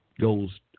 Goes